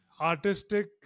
Artistic